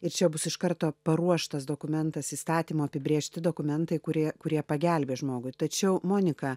ir čia bus iš karto paruoštas dokumentas įstatymo apibrėžti dokumentai kurie kurie pagelbės žmogui tačiau monika